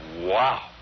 Wow